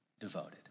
Devoted